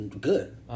good